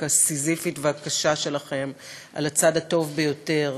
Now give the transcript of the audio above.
הסיזיפית והקשה שלכם על הצד הטוב ביותר,